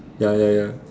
ya ya ya